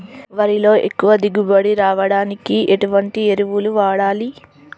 వరిలో ఎక్కువ దిగుబడి రావడానికి ఎటువంటి ఎరువులు వాడాలి?